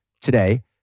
today